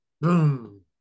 boom